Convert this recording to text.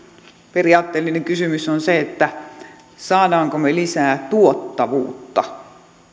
periaatteellinen kysymys on se saammeko me lisää tuottavuutta